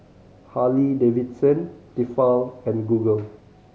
Harley Davidson Tefal and Google